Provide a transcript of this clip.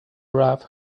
wrath